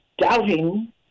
doubting